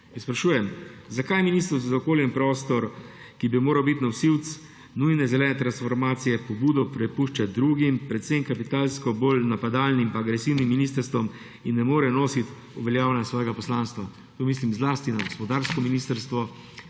Sprašujem, zakaj Ministrstvo za okolje in prostor, ki bi moralo biti nosilec nujne zelene transformacije, pobudo prepušča drugim, predvsem kapitalsko bolj napadalnim in agresivnim ministrstvom in ne more nositi uveljavljanja svojega poslanstva. Tu mislim zlasti na gospodarsko ministrstvo